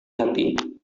hati